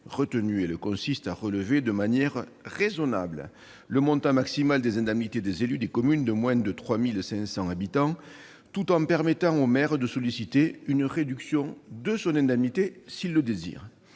retenue. Elle consiste à relever de manière raisonnable le montant maximal des indemnités des élus des communes de moins de 3 500 habitants, tout en permettant au maire de solliciter une réduction de son indemnité, s'il le désire.